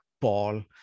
Paul